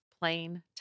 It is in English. plain